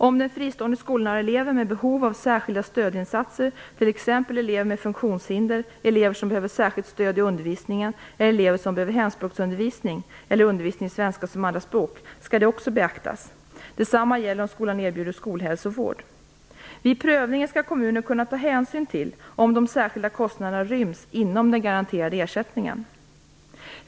Om den fristående skolan har elever med behov av särskilda stödinsatser, t.ex. elever med funktionshinder, elever som behöver särskilt stöd i undervisningen eller elever som behöver hemspråksundervisning eller undervisning i svenska som andraspråk skall det också beaktas. Detsamma gäller om skolan erbjuder skolhälsovård. Vid prövningen skall kommunen kunna ta hänsyn till om de särskilda konstnaderna ryms inom den garanterade ersättningen.